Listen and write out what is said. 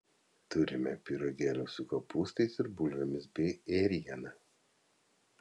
turime pyragėlių su kopūstais ir bulvėmis bei ėriena